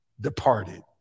Departed